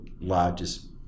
largest